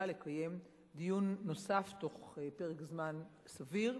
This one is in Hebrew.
לקיים דיון נוסף בתוך פרק זמן סביר,